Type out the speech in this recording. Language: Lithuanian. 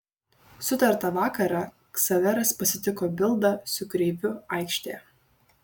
sutartą vakarą ksaveras pasitiko bildą su kreiviu aikštėje